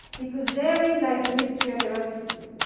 because therein lies the mystery of eroticism.